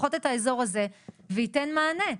לפחות את כל האזור הזה ויתן מענה.